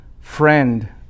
friend